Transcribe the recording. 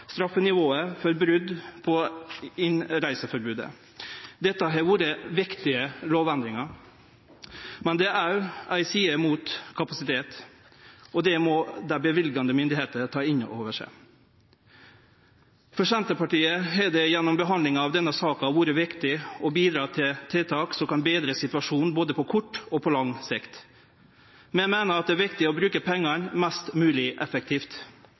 straffenivået for brot på innreiseforbodet. Dette har vore viktige lovendringar, men det er òg ei side mot kapasitet, og det må løyvingsmaktene ta inn over seg. For Senterpartiet har det gjennom behandlinga av denne sak vore viktig å bidra til tiltak som kan betre situasjonen både på kort og på lang sikt. Vi meiner at det er viktig å bruke pengane mest mogleg effektivt,